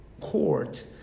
court